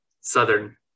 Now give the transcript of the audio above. southern